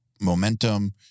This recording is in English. momentum